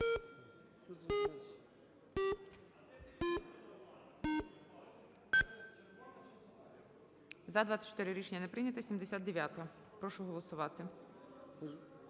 За-24 Рішення не прийнято. 79-а. Прошу голосувати.